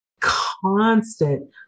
constant